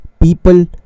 people